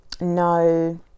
no